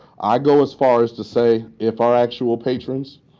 i go as far as to say, if our actual patrons